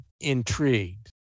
intrigued